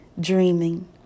dreaming